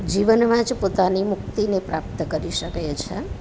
જીવનમાં જ પોતાની મુક્તિને પ્રાપ્ત કરી શકે છે